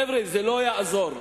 חבר'ה, זה לא יעזור.